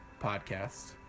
podcast